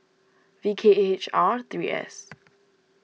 V K H R three S